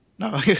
No